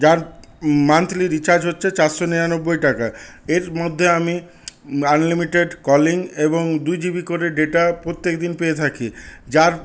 যার monthly recharge হচ্ছে চারশো নিরানব্বই টাকা এর মধ্যে আমি আনলিমিটেড কলিং এবং দুজিবি করে ডেটা প্রত্যেকদিন পেয়ে থাকি যার